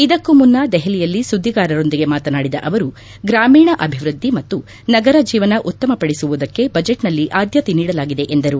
ಇದಕ್ಕೂ ಮುನ್ನ ದೆಹಲಿಯಲ್ಲಿ ಸುದ್ದಿಗಾರರೊಂದಿಗೆ ಮಾತನಾಡಿದ ಅವರು ಗ್ರಾಮೀಣ ಅಭಿವೃದ್ದಿ ಮತ್ತು ನಗರ ಜೀವನ ಉತ್ತಮಪಡಿಸುವುದಕ್ಕೆ ಬಜೆಟ್ನಲ್ಲಿ ಆದ್ದತೆ ನೀಡಲಾಗಿದೆ ಎಂದರು